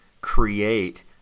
create